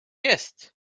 jest